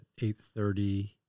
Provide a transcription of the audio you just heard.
8.30